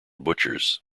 butchers